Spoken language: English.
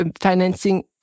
financing